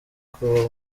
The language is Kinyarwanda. kuba